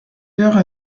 heures